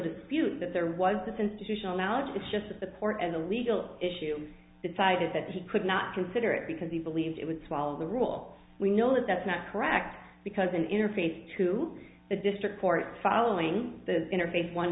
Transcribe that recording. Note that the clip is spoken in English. dispute that there was this institutional knowledge it's just that the court as a legal issue decided that they could not consider it because they believed it would swallow the rule we know that's not correct because an interface to the district court following the interface one